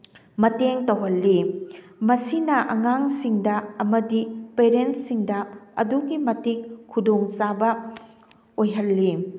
ꯃꯇꯦꯡ ꯇꯧꯍꯜꯂꯤ ꯃꯁꯤꯅ ꯑꯉꯥꯡꯁꯤꯡꯗ ꯑꯃꯗꯤ ꯄꯦꯔꯦꯟꯁꯁꯤꯡꯗ ꯑꯗꯨꯛꯀꯤ ꯃꯇꯤꯛ ꯈꯨꯗꯣꯡ ꯆꯥꯕ ꯑꯣꯏꯍꯜꯂꯤ